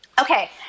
Okay